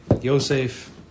Yosef